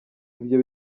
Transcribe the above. ibyo